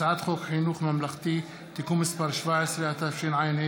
הצעת חוק חינוך ממלכתי (תיקון מס' 17), התשע"ח